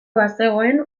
bazegoen